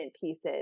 pieces